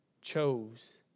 chose